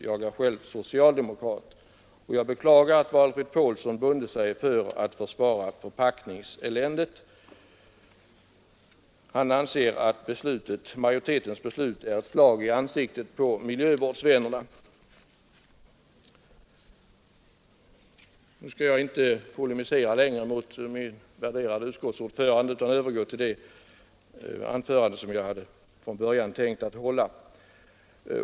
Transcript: ——— Jag beklagar verkligen att Valfrid Paulsson bundit sig så hårt för att försvara förpackningseländet.” Han anser vidare att majoritetens beslut är ett slag i ansiktet på miljövårdsvännerna. Jag skall inte polemisera längre mot vår värderade utskottsordförande utan övergå till det anförande som jag från början hade tänkt hålla.